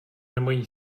nemají